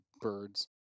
birds